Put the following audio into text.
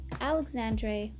Alexandre